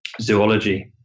zoology